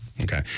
Okay